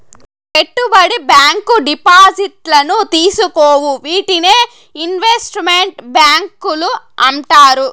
పెట్టుబడి బ్యాంకు డిపాజిట్లను తీసుకోవు వీటినే ఇన్వెస్ట్ మెంట్ బ్యాంకులు అంటారు